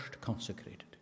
consecrated